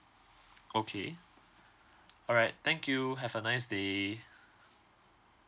okay alright thank you have a nice day